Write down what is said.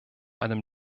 allem